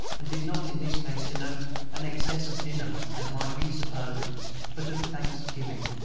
and did not in this case denote an excess of dinner as might be supposed but of thanksgiving.